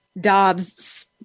Dobbs